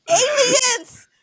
aliens